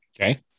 Okay